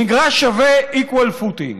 מגרש שווה, equal footing.